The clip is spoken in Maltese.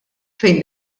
fejn